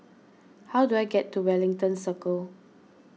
how do I get to Wellington Circle